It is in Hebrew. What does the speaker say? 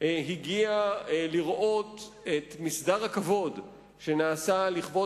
הגיע לראות את מסדר הכבוד שנעשה לכבוד